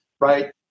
right